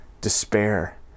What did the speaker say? despair